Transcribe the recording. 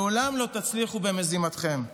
לעולם לא תצליחו במזימתכם.